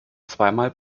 zweimal